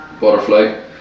butterfly